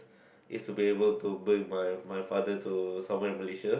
is to be able to bring my my father to somewhere Malaysia